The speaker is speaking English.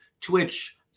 Twitch